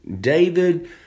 David